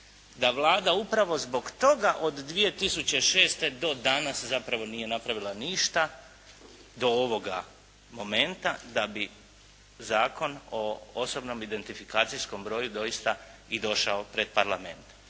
da Vlada upravo zbog toga od 2006. do danas zapravo nije napravila ništa do ovoga momenta, da bi Zakon o osobnom identifikacijskom broju doista i došao pred Parlament.